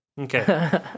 Okay